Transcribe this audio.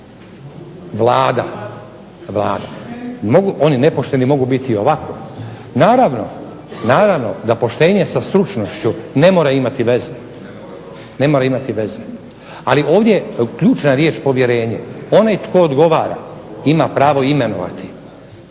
Vlada. Oni nepošteni mogu biti ovako. Naravno, naravno da poštenje sa stručnošću ne mora imati veze, ali ovdje je ključna riječ povjerenje. Onaj tko odgovara ima pravo imenovati